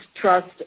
trust